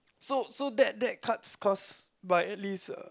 so so that that cuts cost by a least uh